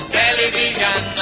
television